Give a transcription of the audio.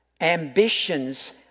ambitions